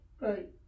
Right